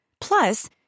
Plus